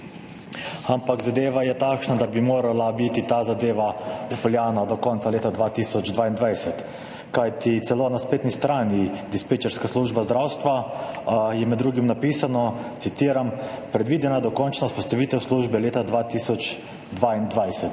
Ampak zadeva je takšna, da bi morala biti ta zadeva vpeljana do konca leta 2022. Celo na spletni strani Dispečerska služba zdravstva je med drugim napisano, citiram: »Predvidena dokončna vzpostavitev službe leta 2022